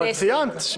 אבל ציינת איפה זה נדון.